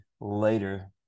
later